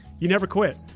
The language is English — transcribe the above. you never quit.